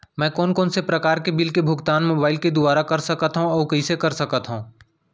मैं कोन कोन से प्रकार के बिल के भुगतान मोबाईल के दुवारा कर सकथव अऊ कइसे कर सकथव?